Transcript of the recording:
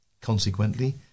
Consequently